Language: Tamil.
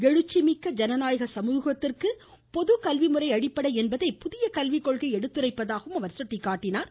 எழுச்சிமிக்க ஜனநாயக சமூகத்திற்கு பொதுக் கல்விமுறை அடிப்படை என்பதை புதிய கல்விக் கொள்கை எடுத்துரைப்பதாக சுட்டிக்காட்டினார்